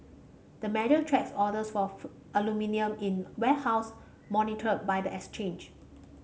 the measure tracks orders for aluminium in warehouse monitored by the exchange